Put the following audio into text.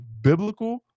biblical